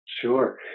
Sure